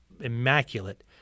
immaculate